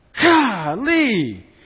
Golly